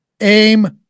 aim